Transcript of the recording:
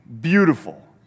Beautiful